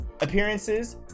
appearances